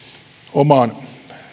omaan